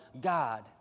God